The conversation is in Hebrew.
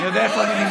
אילת שקד, איפה היא?